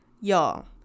y'all